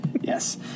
Yes